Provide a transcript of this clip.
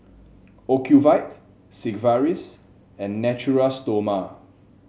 Ocuvite Sigvaris and Natura Stoma